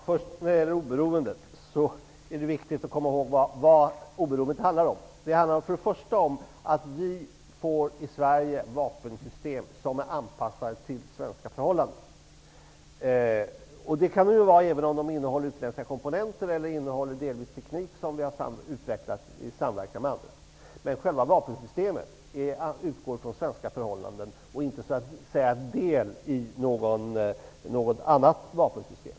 Herr talman! När det gäller Sveriges oberoende är det viktigt att komma ihåg vad detta oberoende handlar om. Det handlar först och främst om att vi i Sverige får vapensystem som är anpassade till svenska förhållanden. Det kan de vara även om de innehåller utländska komponenter eller delvis innehåller teknik som har utvecklats i samverkan med andra länder. Själva vapensystemen utgår alltså från svenska förhållanden och är inte del i något annat vapensystem.